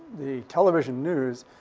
the television news,